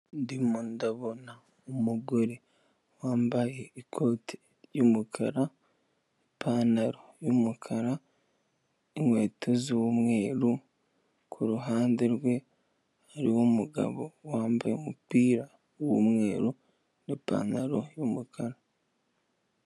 Ndimo ndabona umugore wambaye ikote ry'umukara, ipantaro y'umukara, inkweto z'umweru, ku ruhande rwe hariho umugabo wambaye umupira w'umweru n'ipantaro y'umukara.